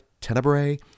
Tenebrae